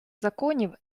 законів